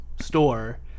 store